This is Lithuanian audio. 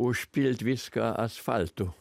užpilt viską asfaltu